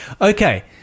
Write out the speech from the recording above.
Okay